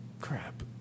crap